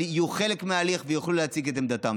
אבל יהיו חלק מההליך ויוכלו להציג את עמדתן.